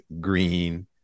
green